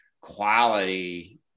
quality